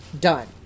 done